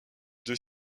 deux